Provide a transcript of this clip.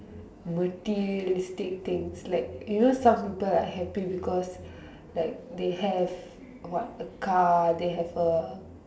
materialistic things like you know some people are happy because like they have what a car they have a